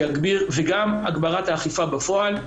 וגם הגברת אכיפה בפועל.